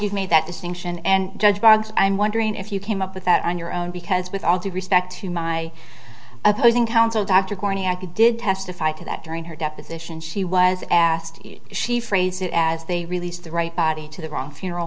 you've made that distinction and judge bogs i'm wondering if you came up with that on your own because with all due respect to my opposing counsel dr gorney i could did testify to that during her deposition she was asked she phrased it as they released the right body to the wrong funeral